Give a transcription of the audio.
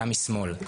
גם משמאל.